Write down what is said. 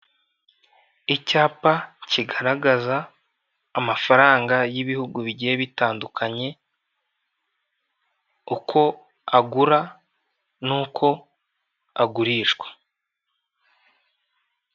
Icyapa kigaragaza amafaranga y'ibihugu bigiye bitandukanye uko agura n'uko agurishwa.